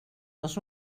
dels